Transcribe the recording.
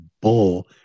bull